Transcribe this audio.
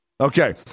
okay